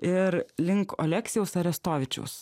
ir link oleksijaus arestovičiaus